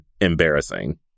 embarrassing